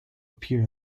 appear